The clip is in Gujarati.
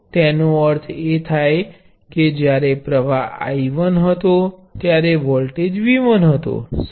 તો તેનો અર્થ એ થાય કે જ્યારે પ્ર્વાહ I1 હતો ત્યારે વોલ્ટેજ V1 હતો